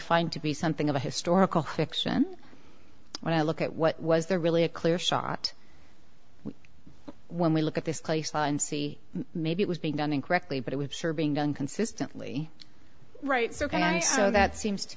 find to be something of a historical fiction when i look at what was there really a clear shot when we look at this place and see maybe it was being done incorrectly but it was sure being done consistently writes ok i know that seems to